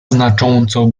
znacząco